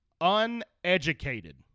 uneducated